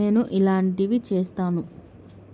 నేను ఇలాంటివి చేస్తాను